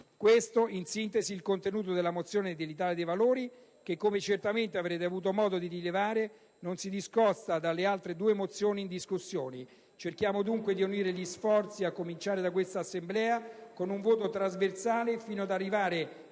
Questo, in sintesi, il contenuto della mozione dell'Italia dei Valori, che, come certamente avrete avuto modo di rilevare, non si discosta dalle altre due mozioni in discussione. Cerchiamo dunque di unire gli sforzi, a cominciare da questa Assemblea, con un voto trasversale, fino ad arrivare